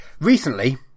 Recently